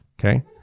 Okay